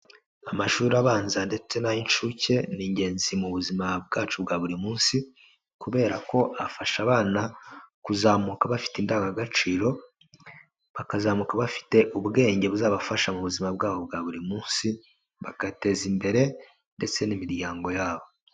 Amashuri abanza ndetse n'ay'inshuke, ni ingenzi mu buzima bwacu bwa buri munsi kubera ko afasha abana kuzamuka bafite indangagaciro, bakazamuka bafite ubwenge buzabafasha mu buzima bwabo bwa buri munsi, bagateza imbere ndetse n'imiryango yabo.